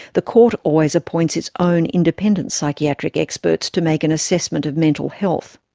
the court always appoints its own independent psychiatric experts to make an assessment of mental health.